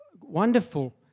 wonderful